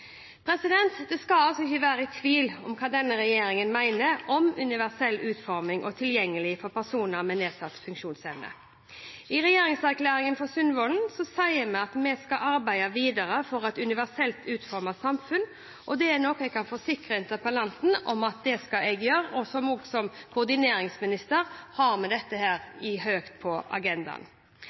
Det skal ikke være tvil om hva denne regjeringen mener om universell utforming og tilgjengelighet for personer med nedsatt funksjonsevne. I regjeringserklæringen fra Sundvolden sier vi at vi skal arbeide videre for et universelt utformet samfunn, og det er noe jeg kan forsikre interpellanten om at det skal jeg gjøre, og jeg som koordineringsminister har dette høyt på agendaen. Norge har vært og er et foregangsland på